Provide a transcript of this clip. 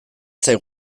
zait